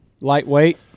Lightweight